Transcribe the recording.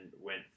went